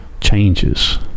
changes